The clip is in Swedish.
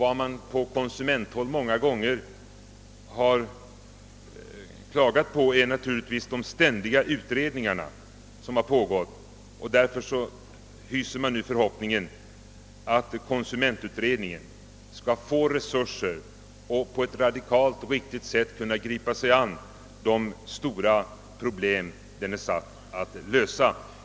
Från konsumenthåll har ofta klagats över de ständiga utredningarna, och därför hyser man nu förhoppningen att konsumentutredningen skall få resurser för att på ett radikalt och riktigt sätt kunna gripa sig an de stora problem den är satt att lösa.